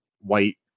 white